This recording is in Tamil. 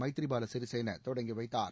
மைத்ரிபால சிறிசேனா தொடங்கி வைத்தார்